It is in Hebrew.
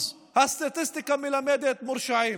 הסטטיסטיקה מלמדת שיותר מ-90% מורשעים.